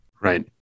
Right